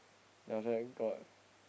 then after that got